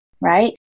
right